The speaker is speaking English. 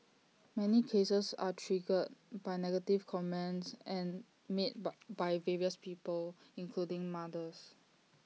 many cases are triggered by negative comments and made by by various people including mothers